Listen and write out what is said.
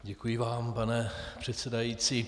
Děkuji vám, pane předsedající.